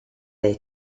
their